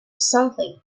something